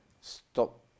Stop